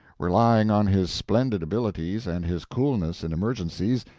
relying on his splendid abilities and his coolness in emergencies,